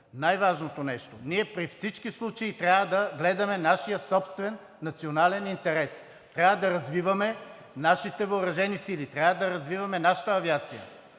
най-важното нещо – ние при всички случаи трябва да гледаме нашия собствен национален интерес. Трябва да развиваме нашите въоръжени сили, трябва да развиваме нашата авиация.